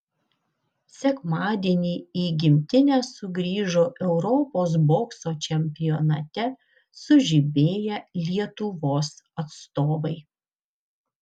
sekmadienį į gimtinę sugrįžo europos bokso čempionate sužibėję lietuvos atstovai